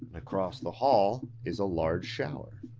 and across the hall is a large shower.